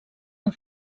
amb